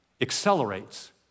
accelerates